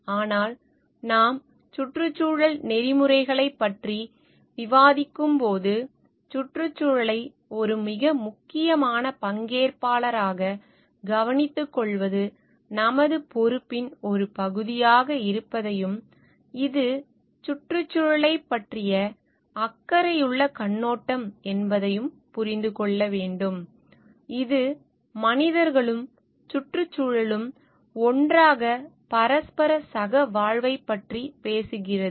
ஆனால் நாம் சுற்றுச்சூழல் நெறிமுறைகளைப் பற்றி விவாதிக்கும்போது சுற்றுச்சூழலை ஒரு மிக முக்கியமான பங்கேற்பாளராக கவனித்துக்கொள்வது நமது பொறுப்பின் ஒரு பகுதியாக இருப்பதையும் இது சுற்றுச்சூழலைப் பற்றிய அக்கறையுள்ள கண்ணோட்டம் என்பதையும் புரிந்து கொள்ள வேண்டும் இது மனிதர்களும் சுற்றுச்சூழலும் ஒன்றாக பரஸ்பர சகவாழ்வைப் பற்றி பேசுகிறது